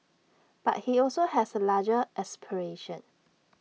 but he also has A larger aspiration